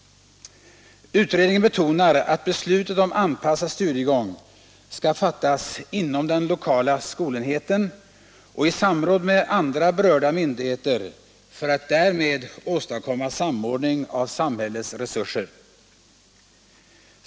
Utredningen betonar att beslutet om anpassad studiegång skall fattas inom den lokala skolenheten och i samråd med andra berörda myndigheter för att därmed åstadkomma samordning av samhällets resurser.